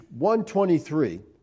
1.23